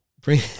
Bring